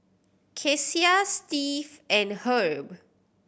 Kecia Steve and Herb